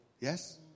Yes